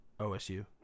OSU